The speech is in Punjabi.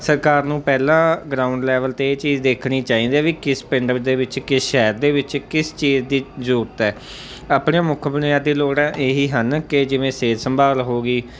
ਸਰਕਾਰ ਨੂੰ ਪਹਿਲਾਂ ਗਰਾਊਂਡ ਲੈਵਲ 'ਤੇ ਇਹ ਚੀਜ਼ ਦੇਖਣੀ ਚਾਹੀਦੀ ਹੈ ਵੀ ਕਿਸ ਪਿੰਡ ਦੇ ਵਿੱਚ ਕਿਸ ਸ਼ਹਿਰ ਦੇ ਵਿੱਚ ਕਿਸ ਚੀਜ਼ ਦੀ ਯੋਗਤਾ ਹੈ ਆਪਣੀਆਂ ਮੁੱਖ ਬੁਨਿਆਦੀ ਲੋੜਾਂ ਇਹੀ ਹਨ ਕਿ ਜਿਵੇਂ ਸਿਹਤ ਸੰਭਾਲ ਹੋ ਗਈ